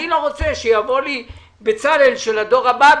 אני לא רוצה שיבוא לי בצלאל של הדור הבא,